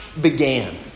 began